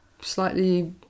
slightly